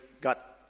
got